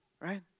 Right